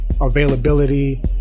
availability